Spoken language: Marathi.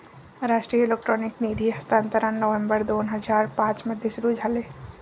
राष्ट्रीय इलेक्ट्रॉनिक निधी हस्तांतरण नोव्हेंबर दोन हजार पाँच मध्ये सुरू झाले